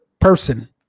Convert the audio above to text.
person